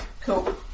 Cool